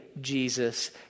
Jesus